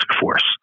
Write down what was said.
force